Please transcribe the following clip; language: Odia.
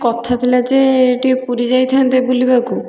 କଥା ଥିଲା ଯେ ଟିକେ ପୁରୀ ଯାଇଥାନ୍ତେ ବୁଲିବାକୁ